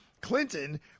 Clinton